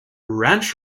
ranch